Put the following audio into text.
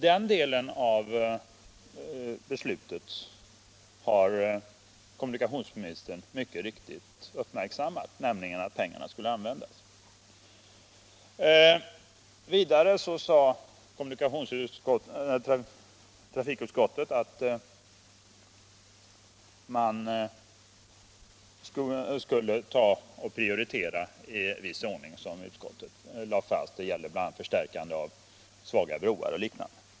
Detta blev också riksdagens beslut. Kommunikationsministern har också mycket riktigt uppmärksammat den del av beslutet som handlar om att vägverket skulle till fullo utnyttja hela summan. Trafikutskottet sade också att vägverket skulle prioritera viss verksamhet — det gällde bl.a. förstärkande av svaga broar och liknande.